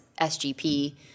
SGP